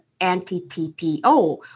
anti-TPO